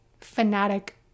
fanatic